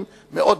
אבל,